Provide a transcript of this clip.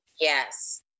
yes